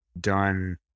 done